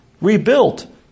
rebuilt